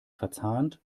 verzahnt